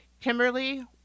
Kimberly